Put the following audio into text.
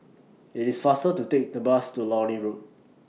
IT IS faster to Take The Bus to Lornie Road